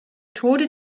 tode